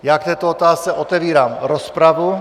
Já k této otázce otevírám rozpravu.